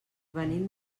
venim